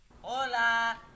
Hola